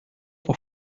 pour